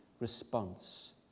response